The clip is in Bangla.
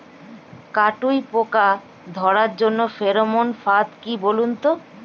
কাটুই পোকা ধরার জন্য ফেরোমন ফাদ কি বলুন তো?